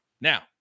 Now